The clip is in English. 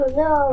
no